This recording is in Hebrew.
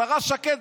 השרה שקד,